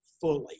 fully